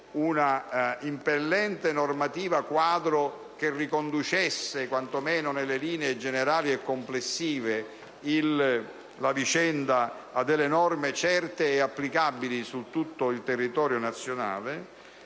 un'impellente normativa quadro per ricondurlo quanto meno nelle linee generali e complessive, nell'ambito di norme certe e applicabili su tutto il territorio nazionale,